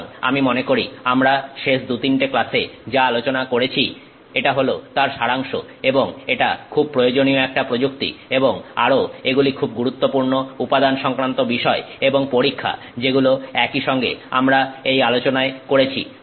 সুতরাং আমি মনে করি আমরা শেষ দু তিনটে ক্লাসে যা আলোচনা করেছি এটা হল তার সারাংশ এবং এটা খুব প্রয়োজনীয় একটা প্রযুক্তি এবং আরো এগুলি খুব গুরুত্বপূর্ণ উপাদান সংক্রান্ত বিষয় এবং পরীক্ষা যেগুলো একই সঙ্গে আমরা এই আলোচনায় করেছি